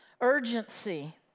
urgency